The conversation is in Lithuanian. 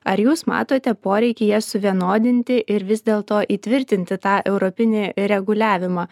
ar jūs matote poreikį jas suvienodinti ir vis dėlto įtvirtinti tą europinį reguliavimą